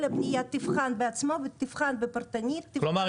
כל הפנייה תיבחן בעצמה ותיבחן פרטנית --- כלומר,